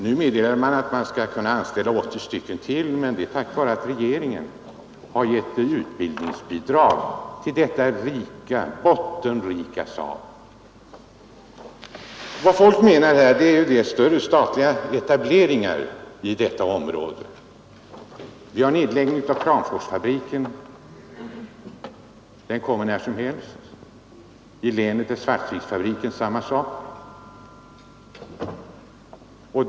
Nu meddelar man att man skall kunna anställa 80 personer till, men det är tack vare att regeringen nyligen beslutat ge ytterligare utbildningsbidrag till detta att trygga sysselsättningen i norra Västernorrland Vad folk menar är att det behövs större statliga insatser. Nedläggningen av SCA :s Kramforsfabrik kommer när som helst, och i Sundsvall är det samma sak med SCA:s Svartviksfabrik.